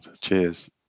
Cheers